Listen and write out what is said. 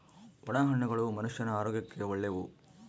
ಒಣ ಹಣ್ಣುಗಳು ಮನುಷ್ಯನ ಆರೋಗ್ಯಕ್ಕ ಒಳ್ಳೆವು